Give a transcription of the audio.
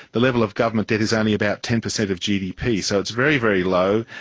the level of government debt is only about ten percent of gdp, so it's very, very low,